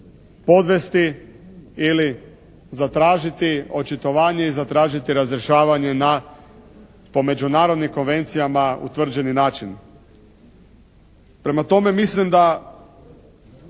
podvesti ili zatražiti očitovanje i zatražiti razrješavanje na po međunarodnim konvencijama utvrđeni način. Prema tome, mislim da